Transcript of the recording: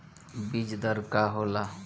बीज दर का होला?